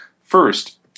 First